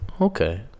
Okay